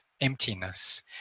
emptiness